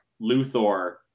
Luthor